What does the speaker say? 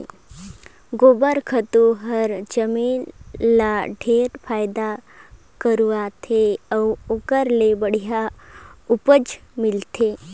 गोबर खातू हर जमीन ल ढेरे फायदा करथे अउ ओखर ले बड़िहा उपज मिलथे